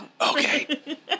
Okay